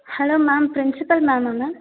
hello ma'am principal மேம்மா ma'am